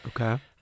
Okay